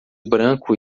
branco